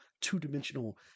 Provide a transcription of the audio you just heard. two-dimensional